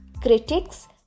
Critics